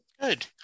Good